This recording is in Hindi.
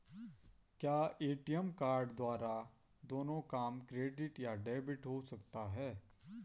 क्या ए.टी.एम कार्ड द्वारा दोनों काम क्रेडिट या डेबिट हो सकता है?